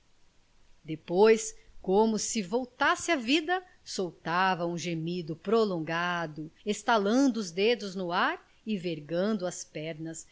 depois como se voltasse à vida soltava um gemido prolongado estalando os dedos no ar e vergando as pernas